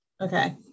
Okay